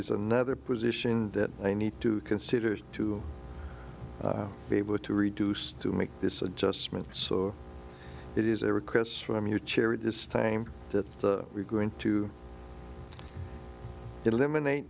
is another position that i need to consider to be able to reduce to make this adjustment so it is a request from your chair at this time that we're going to eliminate